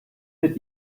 mit